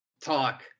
Talk